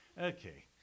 okay